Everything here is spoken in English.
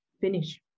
finish